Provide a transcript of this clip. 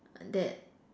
that